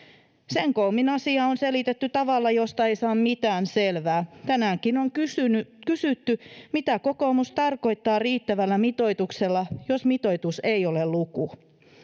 sen koommin asiaa on selitetty tavalla josta ei saa mitään selvää tänäänkin on kysytty mitä kokoomus tarkoittaa riittävällä mitoituksella jos mitoitus ei ole luku